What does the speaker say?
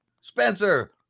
spencer